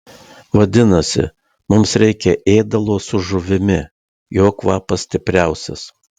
vadinasi mums reikia ėdalo su žuvimi jo kvapas stipriausias